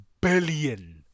billion